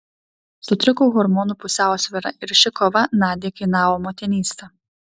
sutriko hormonų pusiausvyra ir ši kova nadiai kainavo motinystę